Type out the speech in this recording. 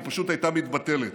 היא פשוט הייתה מתבטלת.